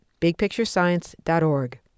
bigpicturescience.org